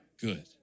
Good